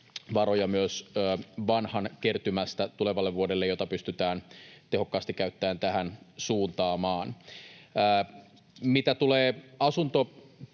myös vanhan kertymästä, jota pystytään tehokkaasti käyttäen tähän suuntaamaan. Mitä tulee asuntopuoleen,